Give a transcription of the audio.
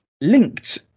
linked